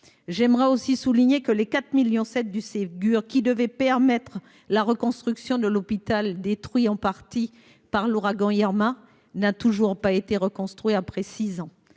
J'aimerais aussi souligner que les 4 millions sept du Ségur qui devait permettre la reconstruction de l'hôpital détruit en partie par l'ouragan Irma n'a toujours pas été reconstruit après 6 ans.